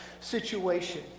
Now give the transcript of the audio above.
situation